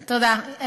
תודה.